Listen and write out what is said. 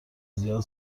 زیاد